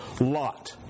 Lot